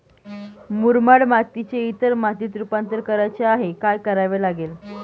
मुरमाड मातीचे इतर मातीत रुपांतर करायचे आहे, काय करावे लागेल?